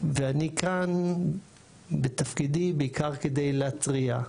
ואני כאן בתפקידי בעיקר כדי להתריע,